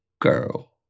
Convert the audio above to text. girl